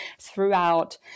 throughout